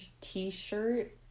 t-shirt